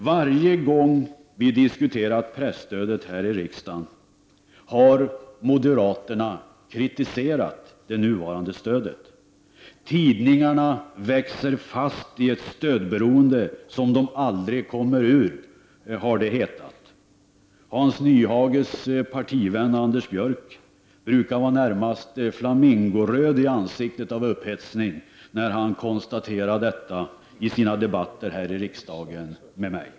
Varje gång vi diskuterat presstödet här i riksdagen har moderaterna kritiserat det nuvarande stödet. Tidningarna växer fast i ett stödberoende som de aldrig kommer ur, har det hetat. Hans Nyhages partivän Anders Björck brukar vara närmast flamingoröd i ansiktet av upphetsning när han konstaterat detta i sina debatter här i riksdagen med mig.